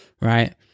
right